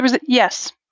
Yes